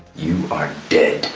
you are dead,